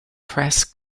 press